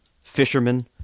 fishermen